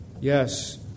Yes